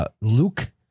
Luke